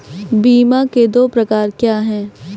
बीमा के दो प्रकार क्या हैं?